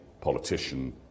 politician